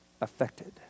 affected